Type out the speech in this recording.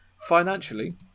financially